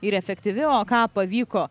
ir efektyvi o ką pavyko